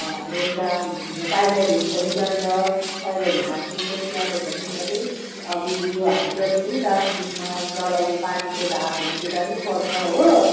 हाम्रो यता Tiger Hill पनि जान्छ टाइगर हिलमा पनि एकदम त्यहाँको झन एकदमै बेसी यो हामी जति पनि दार्जिलिङमा चलाउने पानीको धापहरू त्यता नै पर्छ हो